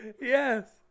Yes